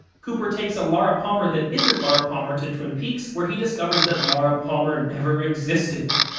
cooper takes a laura palmer that isn't laura palmer to twin peaks where he discovers that laura palmer never existed.